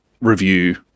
review